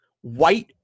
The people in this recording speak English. white